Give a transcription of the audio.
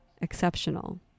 exceptional